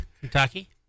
Kentucky